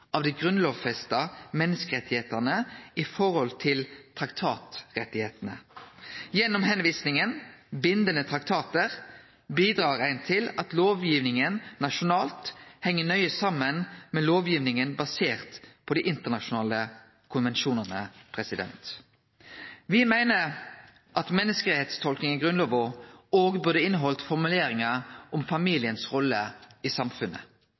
av dei grunnlovfesta menneskerettane i forhold til traktatrettane. Gjennom tilvisinga til bindande traktatar bidrar ein til at lovgivinga nasjonalt heng nøye saman med lovgivinga basert på dei internasjonale konvensjonane. Me meiner at menneskerettstolkinga i Grunnlova òg burde innehalde formuleringar om familiens rolle i samfunnet.